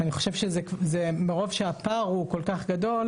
אני חושב שמרוב שהפער הוא כל כך גדול,